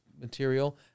material